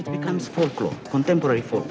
it becomes political contemporary for